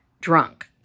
drunk